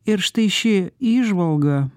ir štai ši įžvalga